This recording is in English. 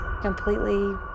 completely